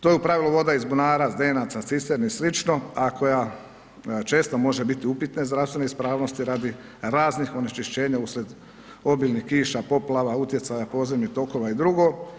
To je u pravilu voda iz bunara, zdenaca, cisterni i sl., a koja često može biti upitne zdravstvene ispravnosti radi raznih onečišćenja usred obilnih kiša, poplava, utjecaja podzemnih tokova i drugo.